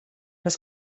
los